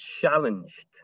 challenged